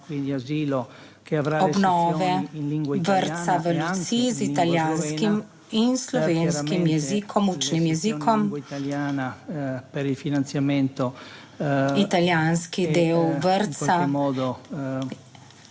obnove vrtca v Luciji z italijanskim in slovenskim jezikom, učnim jezikom. Italijanski del vrtca